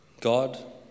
God